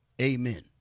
Amen